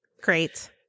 Great